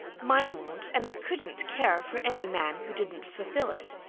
mine won't. and i couldn't care for any man who didn't fulfill it.